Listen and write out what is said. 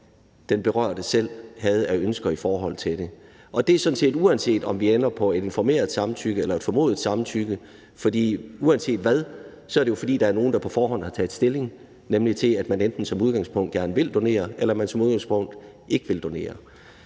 den berørte selv havde af ønsker i forhold til det, og det er sådan set, uanset om vi ender på et informeret eller et formodet samtykke. Uanset hvad er det jo, fordi der er nogen, der på forhånd har taget stilling, nemlig til at man enten som udgangspunkt gerne vil donere eller man som udgangspunkt ikke vil donere.